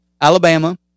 Alabama